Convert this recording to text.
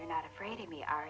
you're not afraid of me